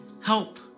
help